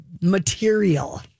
material